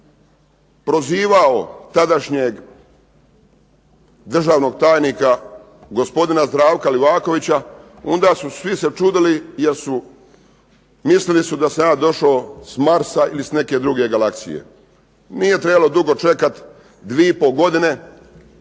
prozivao tadašnjeg državnog tajnika gospodina Zdravka Livakovića, onda su se svi čudili mislili su da sam ja došao s Marsa ili s neke druge galaksije. Nije trebalo dugo čekati dvije i pol godine